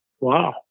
Wow